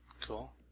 Cool